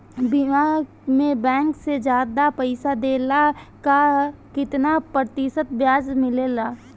बीमा में बैंक से ज्यादा पइसा देवेला का कितना प्रतिशत ब्याज मिलेला?